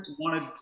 wanted